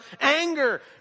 anger